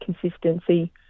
consistency